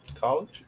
College